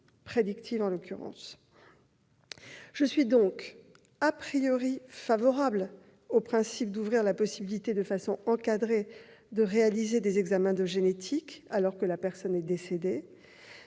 prédictive en l'occurrence. Je suis favorable au principe d'ouvrir la possibilité, de façon encadrée, de réaliser des examens de génétique, alors que la personne est décédée,